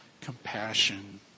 compassion